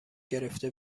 گرفته